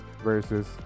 versus